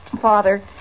Father